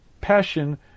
passion